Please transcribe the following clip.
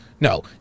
No